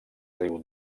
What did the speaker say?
riu